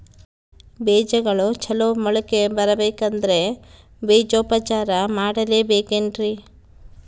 ಬೇಜಗಳು ಚಲೋ ಮೊಳಕೆ ಬರಬೇಕಂದ್ರೆ ಬೇಜೋಪಚಾರ ಮಾಡಲೆಬೇಕೆನ್ರಿ?